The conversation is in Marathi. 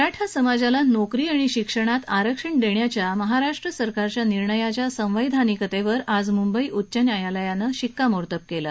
मराठा समाजाला नोकरी आणि शिक्षणात आरक्षण देण्याच्या महाराष्ट्र सरकारच्या निर्णयाच्या संवैधानिकतेवर आज म्ंबई उच्च न्यायालयानं शिक्कामोर्तब केलं